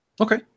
Okay